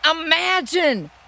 imagine